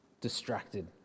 distracted